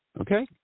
Okay